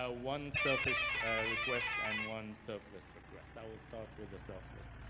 ah one selfish request and one selfless request, i will start with the selfless.